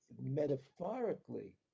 metaphorically